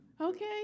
Okay